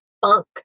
funk